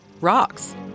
rocks